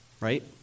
Right